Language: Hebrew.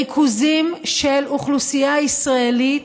בריכוזים של אוכלוסייה ישראלית,